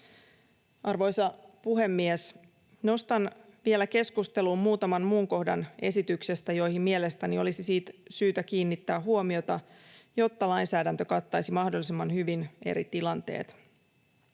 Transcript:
Arvoisa puhemies! Nostan vielä keskusteluun esityksestä muutaman muun kohdan, joihin mielestäni olisi syytä kiinnittää huomiota, jotta lainsäädäntö kattaisi mahdollisimman hyvin eri tilanteet.